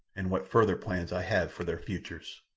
and what further plans i have for their futures.